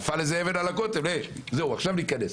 אז נכנסו.